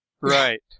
Right